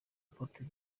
apotre